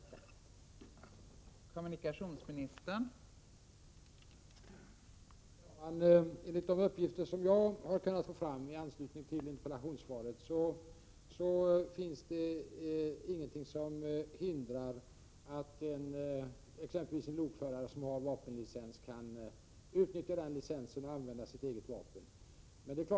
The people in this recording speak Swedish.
å - Z Pp 1 Om avlivandet av djur